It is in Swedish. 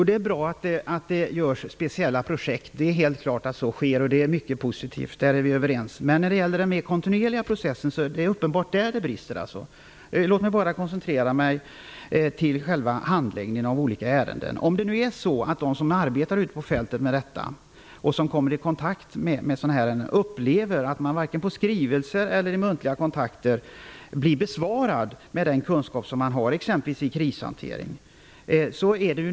Herr talman! Det är bra att det görs speciella projekt. Det är helt klart att så sker, och det är mycket positivt. Där är vi överens. Men det är uppenbart att det brister i den mer kontinuerliga processen. Låt mig koncentrera mig på själva handläggningen av olika ärenden. Om de som arbetar ute på fältet och kommer i kontakt med enskilda ärenden upplever att de inte får svar, varken på skrivelser eller vid muntliga kontakter, är det någonting som är fel. De får inte svar utifrån den kunskap som de har i exempelvis krishantering.